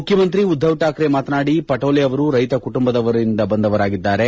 ಮುಖ್ಯಮಂತ್ರಿ ಉದ್ದವ್ ತಾಕ್ರೆ ಮಾತನಾಡಿ ಪಟೊಲೆ ಅವರು ರೈತ ಕುಟುಂಬದಿಂದ ಬಂದವರಾಗಿದ್ದಾರೆ